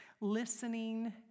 listening